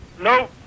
No